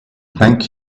thank